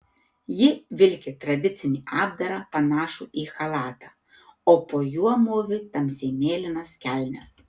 ji vilki tradicinį apdarą panašų į chalatą o po juo mūvi tamsiai mėlynas kelnes